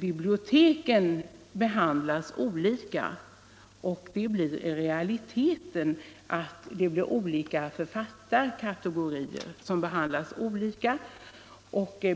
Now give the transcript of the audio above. Biblioteken behandlas olika och det innebär i realiteten att författarkategorier behandlas olika.